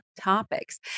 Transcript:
topics